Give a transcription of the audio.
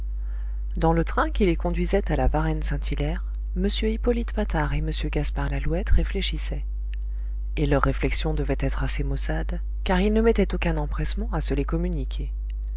dans le train qui les conduisait à la varenne saint hilaire m hippolyte patard et m gaspard lalouette réfléchissaient et leurs réflexions devaient être assez maussades car ils ne mettaient aucun empressement à se les communiquer